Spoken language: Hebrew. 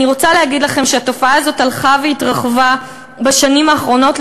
אני רוצה להגיד לכם שהתופעה הזאת הלכה והתרחבה בשנים האחרונות,